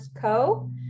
Co